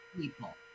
people